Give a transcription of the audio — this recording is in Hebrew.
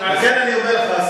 לכן אני אומר לך,